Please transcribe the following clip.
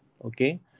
Okay